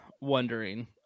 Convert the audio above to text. wondering